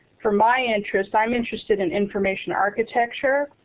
for my interest i'm interested in information architecture